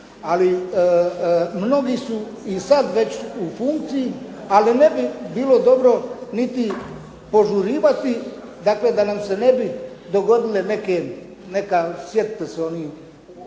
ali mnogi su i sad već u funkciji, ali ne bi bilo dobro niti požurivati dakle da nam se ne bi dogodile neke, neka, sjetite se onih